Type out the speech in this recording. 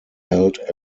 held